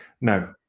No